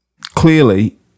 clearly